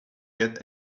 get